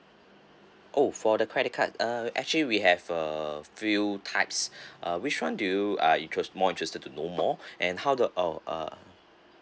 oh for the credit card uh actually we have uh few types uh which one do you are interests more interested to know more and how do uh uh